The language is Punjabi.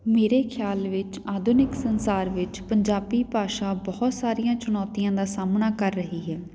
ਮੇਰੇ ਖ਼ਿਆਲ ਵਿੱਚ ਆਧੁਨਿਕ ਸੰਸਾਰ ਵਿੱਚ ਪੰਜਾਬੀ ਭਾਸ਼ਾ ਬਹੁਤ ਸਾਰੀਆਂ ਚੁਣੌਤੀਆਂ ਦਾ ਸਾਹਮਣਾ ਕਰ ਰਹੀ ਹੈ